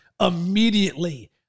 immediately